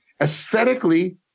aesthetically